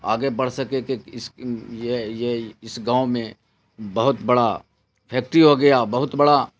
آگے بڑھ سکے کہ اس یہ یہ اس گاؤں میں بہت بڑا فیکٹری ہو گیا بہت بڑا